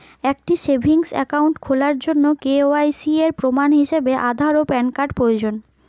একটি savings account খোলার জন্য কে.ওয়াই.সি এর প্রমাণ হিসাবে আধার ও প্যান কার্ড প্রয়োজন